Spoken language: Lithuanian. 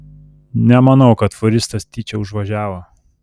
nemanau kad fūristas tyčia užvažiavo